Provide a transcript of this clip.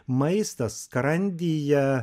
maistas skrandyje